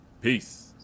Peace